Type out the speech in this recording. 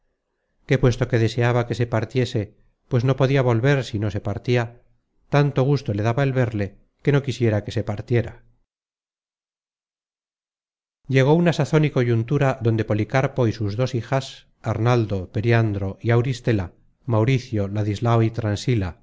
que puesto que deseaba que se partiese pues no podia volver si no se partia tanto gusto le daba el verle que no quisiera que se partiera llegó una sazon y coyuntura donde policarpo y sus dos hijas arnaldo periandro y auristela mauricio ladislao y transila